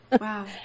Wow